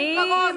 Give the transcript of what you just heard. אני